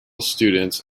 students